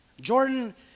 Jordan